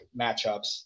matchups